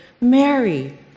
Mary